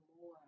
more